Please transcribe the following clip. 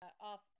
off